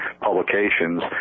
publications